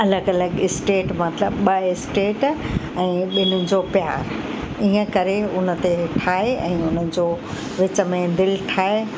अलॻि अलॻि स्टेट मतिलबु ॿ स्टेट ऐं ॿिन्हिनि जो प्यार इअं करे हुन ते ठाहे ऐं हुनजो विच में दिलि ठाहे